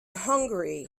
hungary